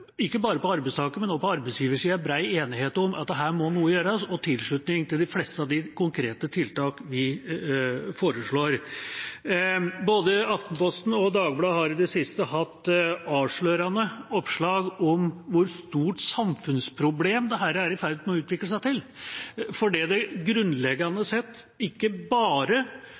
enighet om at her må noe gjøres, med tilslutning til de fleste av de konkrete tiltak vi foreslår. Både Aftenposten og Dagbladet har i det siste hatt avslørende oppslag om hvor stort samfunnsproblem dette er i ferd med å utvikle seg til, fordi det grunnleggende sett ikke bare